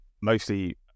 mostly